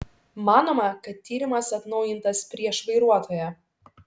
manoma kad tyrimas atnaujintas prieš vairuotoją